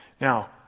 now